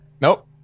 Nope